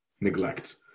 neglect